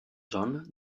john